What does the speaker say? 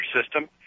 system